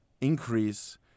increase